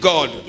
God